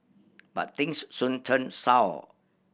but things soon turned sour